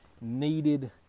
needed